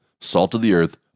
salt-of-the-earth